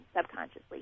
subconsciously